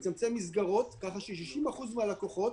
לצמצם מסגרות כך ש-60% מן הלקוחות,